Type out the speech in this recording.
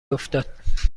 افتاد